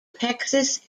texas